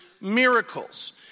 miracles